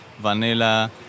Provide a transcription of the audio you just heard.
vanilla